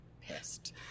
pissed